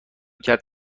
کرد